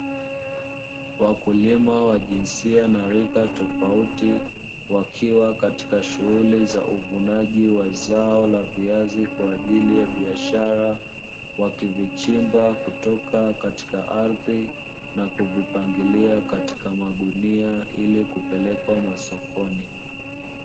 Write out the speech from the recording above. Wakulima wa jinsia na rika tofauti, wakiwa katika shughuli za uvunaji wa zao la viazi kwa ajili ya biashara, wakivichimba kutoka katika ardhi, na kuvipangilia katika magunia ili kupelekwa masokoni.